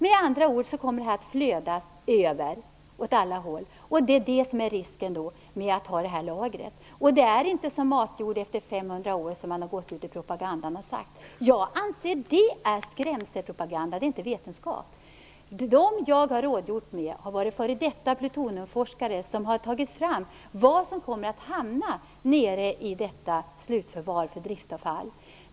Med andra ord kommer detta att flöda över åt alla håll. Det är risken med lagret. Det blir inte som matjord efter 500 år, som man har sagt i propagandan. Jag anser att det är skrämselpropaganda och inte vetenskap. De som jag har rådgjort med är f.d. plutoniumforskare som har tagit fram uppgifter om vad som kommer att hamna nere i slutförvaret för driftavfall.